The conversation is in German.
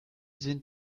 sind